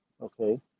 okay